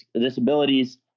disabilities